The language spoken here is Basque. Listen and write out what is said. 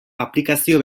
aplikazio